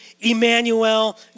Emmanuel